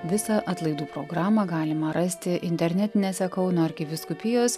visą atlaidų programą galima rasti internetinėse kauno arkivyskupijos